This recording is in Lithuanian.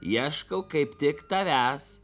ieškau kaip tik tavęs